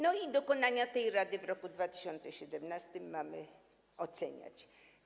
No i dokonania tej rady w roku 2017 mamy oceniać.